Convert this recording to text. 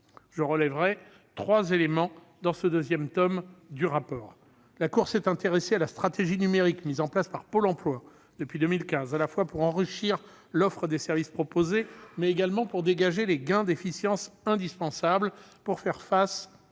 Je relèverai trois éléments dans ce second tome du rapport. La Cour s'est intéressée à la stratégie numérique mise en place par Pôle emploi depuis 2015, à la fois pour enrichir l'offre des services proposés, mais également pour dégager les gains d'efficacité indispensables pour faire face à l'afflux de demandeurs